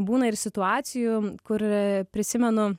būna ir situacijų kur prisimenu